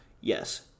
yes